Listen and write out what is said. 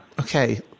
Okay